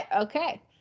Okay